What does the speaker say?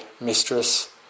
mistress